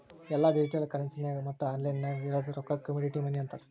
ಎಲ್ಲಾ ಡಿಜಿಟಲ್ ಕರೆನ್ಸಿಗ ಮತ್ತ ಆನ್ಲೈನ್ ನಾಗ್ ಇರದ್ ರೊಕ್ಕಾಗ ಕಮಾಡಿಟಿ ಮನಿ ಅಂತಾರ್